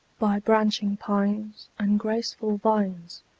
by branching pines and graceful vines,